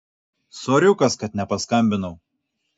soriukas kad nepaskambinau